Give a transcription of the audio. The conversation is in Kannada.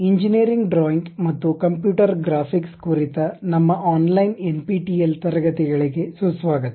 ಎಂಜಿನಿಯರಿಂಗ್ ಡ್ರಾಯಿಂಗ್ ಮತ್ತು ಕಂಪ್ಯೂಟರ್ ಗ್ರಾಫಿಕ್ಸ್ ಕುರಿತ ನಮ್ಮ ಆನ್ಲೈನ್ ಎನ್ಪಿಟಿಇಎಲ್ ತರಗತಿಗಳಿಗೆ ಸುಸ್ವಾಗತ